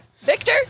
Victor